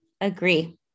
agree